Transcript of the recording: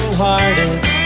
hearted